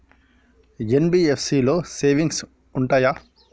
NBFC లో savings ఉంటయా?